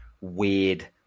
weird